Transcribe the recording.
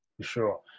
sure